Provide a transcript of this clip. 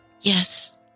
Yes